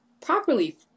properly